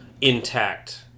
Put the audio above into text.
intact